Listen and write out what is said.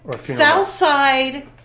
Southside